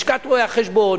לשכת רואי-חשבון,